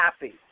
happy